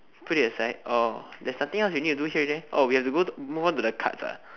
put it aside oh there's nothing else we need to do here already oh we have to go~ move on to the cards ah